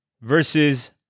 versus